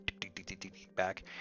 back